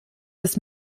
des